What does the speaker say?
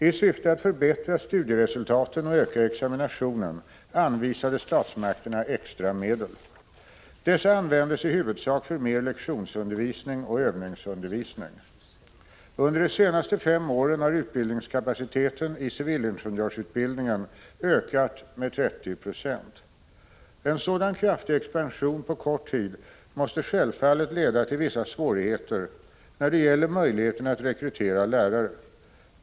I syfte att förbättra studieresultaten och öka examinationen anvisade statsmakterna extra medel. Dessa användes i huvudsak för mer lektionsundervisning och övningsundervisning. Under de senaste fem åren har utbildningskapaciteten i civilingenjörsutbildningen ökat med 30 26. En sådan kraftig expansion på kort tid måste självfallet leda till vissa svårigheter när det gäller möjligheterna att rekrytera lärare.